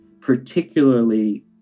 particularly